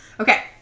Okay